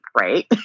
right